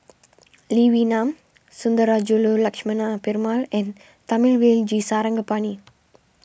Lee Wee Nam Sundarajulu Lakshmana Perumal and Thamizhavel G Sarangapani